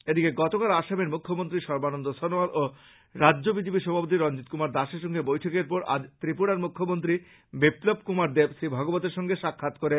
এদিকে গতকাল আসামের মুখ্যমন্ত্রী সর্বানন্দ সনোয়াল ও রাজ্য বিজেপি সভাপতি রঞ্জিত দাসের সঙ্গে বৈঠকের পর আজ ত্রিপুরার মুখ্যমন্ত্রী বিপ্লব দেব শ্রী ভাগবতের সঙ্গে সাক্ষাত করেন